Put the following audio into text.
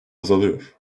azalıyor